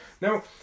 Now